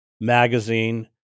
magazine